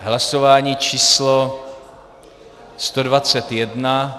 Hlasování číslo 121.